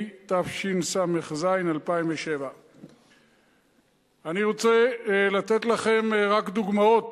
התשס"ז 2007. אני רוצה לתת לכם רק דוגמאות